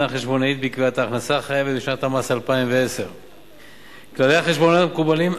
חשבונאית בקביעת ההכנסה החייבת בשנת המס 2010. כללי החשבונאות המקובלים,